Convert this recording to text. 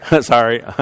Sorry